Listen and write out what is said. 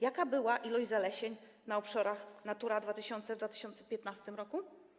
Jaka była ilość zalesień na obszarach Natura 2000 w 2015 r.